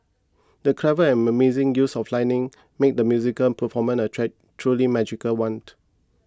the clever and amazing use of lighting made the musical performance a track truly magical one